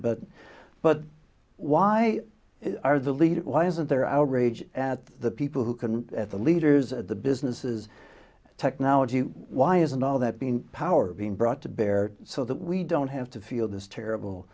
but but why are the leaders why isn't there outrage at the people who can the leaders of the businesses technology why isn't all that been power being brought to bear so that we don't have to feel this terrible